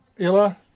Ila